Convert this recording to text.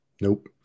Nope